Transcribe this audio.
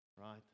right